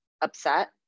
upset